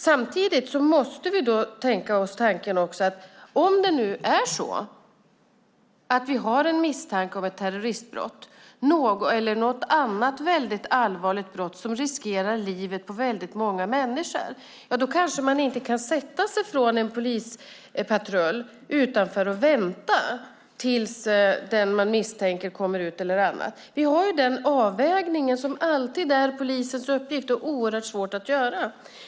Samtidigt måste vi tänka tanken att om det nu är så att vi har en misstanke om ett terroristbrott eller något annat allvarligt brott som riskerar livet på många människor kanske en polispatrull kanske inte kan sätta sig utanför och vänta exempelvis till dess att den man misstänker kommer ut. Vi har den avvägning som alltid är polisens uppgift och oerhört svår att göra.